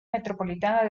metropolitana